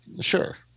Sure